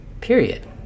Period